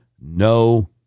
No